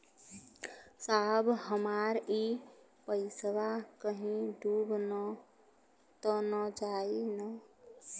साहब हमार इ पइसवा कहि डूब त ना जाई न?